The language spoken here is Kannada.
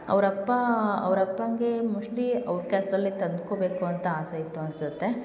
ಅವ್ರ ಅಪ್ಪ ಅವ್ರ ಅಪ್ಪನಿಗೆ ಮೋಸ್ಟ್ಲಿ ಅವ್ರ ಕ್ಯಾಸ್ಟಲ್ಲೇ ತಂದ್ಕೊಬೇಕು ಅಂತ ಆಸೆ ಇತ್ತು ಅನಿಸುತ್ತೆ